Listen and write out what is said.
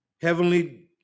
Heavenly